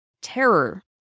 terror